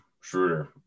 Schroeder